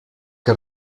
que